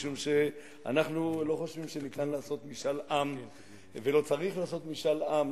כי אנחנו לא חושבים שניתן לעשות משאל עם ולא צריך לעשות משאל עם,